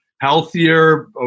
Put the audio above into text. healthier